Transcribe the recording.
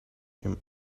him